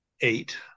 eight